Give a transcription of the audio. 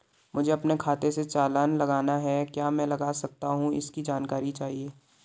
मुझे अपने खाते से चालान लगाना है क्या मैं लगा सकता हूँ इसकी जानकारी चाहिए?